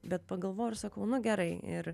bet pagalvojau ir sakau nu gerai ir